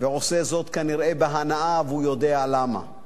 ועושה זאת כנראה בהנאה, והוא יודע למה.